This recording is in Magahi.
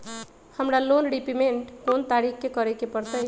हमरा लोन रीपेमेंट कोन तारीख के करे के परतई?